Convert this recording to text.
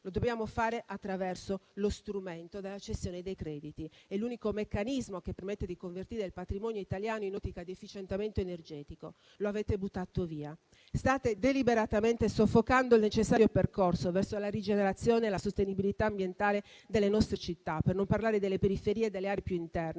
Lo dobbiamo fare attraverso lo strumento della cessione dei crediti, e l'unico meccanismo che permette di convertire il patrimonio italiano in un'ottica di efficientamento energetico lo avete buttato via. State deliberatamente soffocando il necessario percorso verso la rigenerazione e la sostenibilità ambientale delle nostre città, per non parlare delle periferie e delle aree più interne,